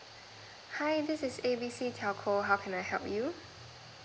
hi this is A B C telco how can I help you